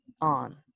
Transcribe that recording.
on